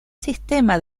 sistema